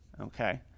okay